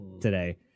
today